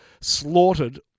slaughtered